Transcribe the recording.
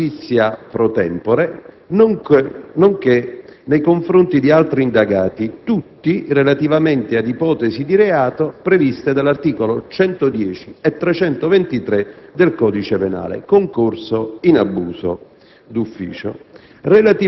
di Ministro della giustizia *pro tempore*, nonché nei confronti di altri indagati, tutti per ipotesi di reato di cui agli articoli 110 e 323 del codice penale (concorso in abuso